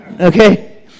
Okay